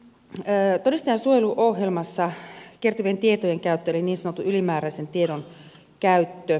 sitten todistajansuojeluohjelmassa kertyvien tietojen käyttö eli niin sanotun ylimääräisen tiedon käyttö